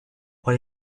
what